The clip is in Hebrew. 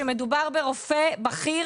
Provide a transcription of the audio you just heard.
שמדובר ברופא בכיר,